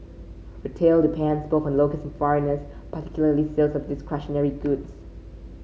retail depends both on locals and foreigners particularly sales of discretionary goods